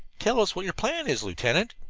tell us what your plan is, lieutenant.